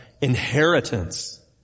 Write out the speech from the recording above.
inheritance